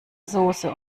soße